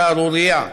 שערורייה,